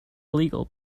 illegal